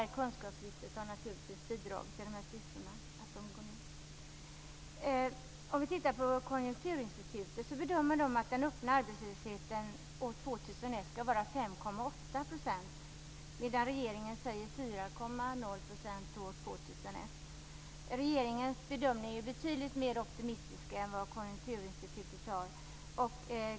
Även kunskapslyftet har naturligtvis bidragit till att siffrorna går ned. Konjunkturinstitutet bedömer att den öppna arbetslösheten år 2001 skall vara 5,8 %, medan regeringen säger 4,0 % år 2001. Regeringens bedömning är betydligt mer optimistisk än vad Konjunkturinstitutets.